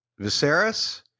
Viserys